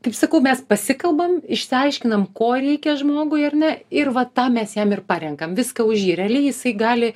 kaip sakau mes pasikalbam išsiaiškinam ko reikia žmogui ar ne ir va tą mes jam ir parenkam viską už jį realiai jisai gali